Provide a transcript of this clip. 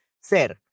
ser